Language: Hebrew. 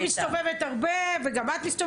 אני מסתובבת הרבה וגם את,